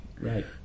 Right